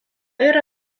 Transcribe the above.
yra